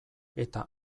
eta